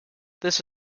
this